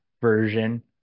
version